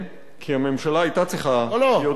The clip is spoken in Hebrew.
כי הממשלה היתה צריכה להיות אתנו.